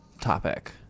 topic